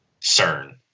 CERN